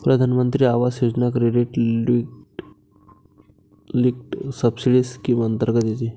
प्रधानमंत्री आवास योजना क्रेडिट लिंक्ड सबसिडी स्कीम अंतर्गत येते